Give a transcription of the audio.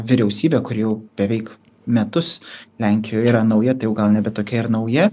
vyriausybe kuri jau beveik metus lenkijo yra nauja tai jau gal nebe tokia ir nauja